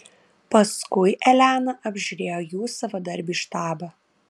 paskui elena apžiūrėjo jų savadarbį štabą